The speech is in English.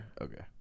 Okay